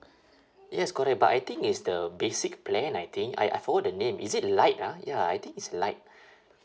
yes correct but I think is the basic plan I think I I forgot the name is it lite ah ya I think is lite